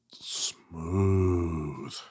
Smooth